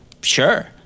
Sure